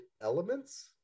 elements